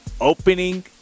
opening